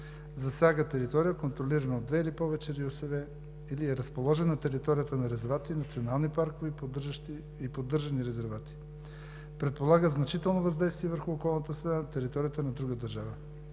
засяга територия, контролирана от две или повече РИОСВ или е разположен на територията на резервати, национални паркове и поддържани резервати; предполага значително въздействие върху околната среда на територията на друга държава.